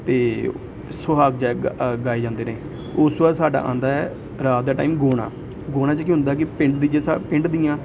ਤਾਂ ਸੁਹਾਗ ਜਾ ਗਾਏ ਜਾਂਦੇ ਨੇ ਉਸ ਤੋਂ ਬਾਅਦ ਸਾਡਾ ਆਉਂਦਾ ਹੈ ਰਾਤ ਦਾ ਟਾਈਮ ਗੂਣਾ ਗਾਉਣਾ 'ਚ ਕੀ ਹੁੰਦਾ ਕਿ ਪਿੰਡ ਦੀ ਜੇ ਸਾ ਪਿੰਡ ਦੀਆਂ